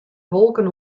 wolken